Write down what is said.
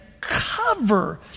cover